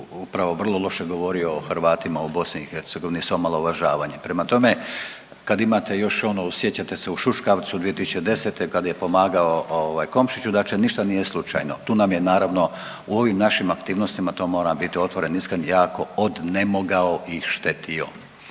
upravo vrlo loše govorio o Hrvatima u BiH sa omalovažavanjem. Prema tome, kad imate još ono sjećate se u šuškavcu 2010. kad je pomagao Komšiću znači ništa nije slučajno. Tu nam je naravno u ovim našim aktivnostima, to moram biti otvoren, iskren, jako odnemogao i štetio.